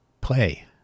play